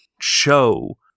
Show